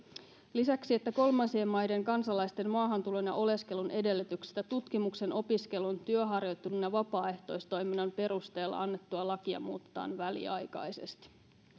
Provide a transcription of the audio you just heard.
lisäksi että kolmansien maiden kansalaisten maahantulon ja oleskelun edellytyksistä tutkimuksen opiskelun työharjoittelun ja vapaaehtoistoiminnan perusteella annettua lakia muutetaan väliaikaisesti